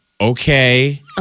Okay